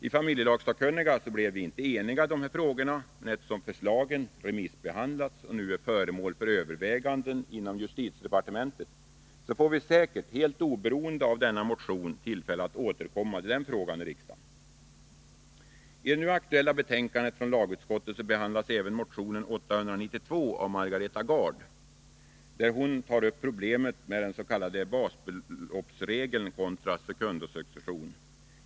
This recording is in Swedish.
Inom familjelagssakkunniga blev vi inte eniga i dessa frågor, men eftersom förslagen remissbehandlats och nu är föremål för överväganden inom justitiedepartementet får vi säkert helt oberoende av denna motion tillfälle att återkomma till den frågan här i riksdagen. 95 I det nu aktuella betänkandet från lagutskottet behandlas även motionen 892 av Margareta Gard där hon tar upp problemet med den s.k.- basbeloppsregeln kontra sekundosuccession.